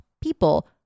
people